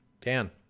Dan